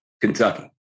Kentucky